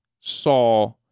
saw